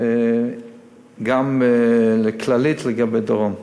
וגם לכללית לצפון.